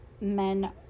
men